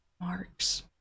marks